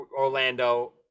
orlando